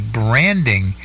branding